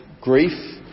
grief